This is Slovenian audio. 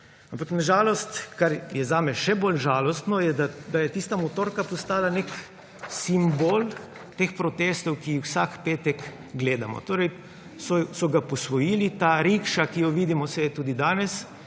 zame še bolj žalostno, je to, da je tista motorka postala nek simbol teh protestov, ki jih vsak petek gledamo. Torej so ga posvojili, ta rikša, ki jo vidimo, saj je tudi danes